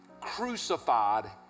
crucified